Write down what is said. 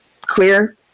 clear